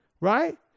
Right